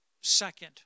second